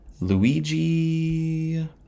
Luigi